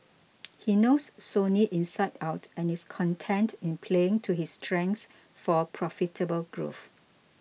he knows Sony inside out and is content in playing to his strengths for profitable growth